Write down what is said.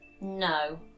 No